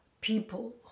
people